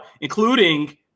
including